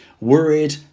worried